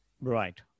Right